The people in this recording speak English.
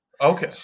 Okay